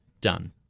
done